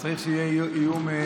צריך שיהיה איום צבאי אמיתי.